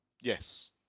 Yes